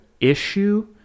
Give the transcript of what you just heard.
issue